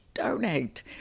donate